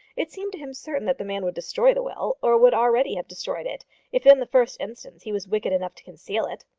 it seemed to him certain that the man would destroy the will or would already have destroyed it if in the first instance he was wicked enough to conceal it.